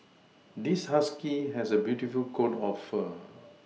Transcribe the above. this husky has a beautiful coat of fur